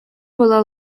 было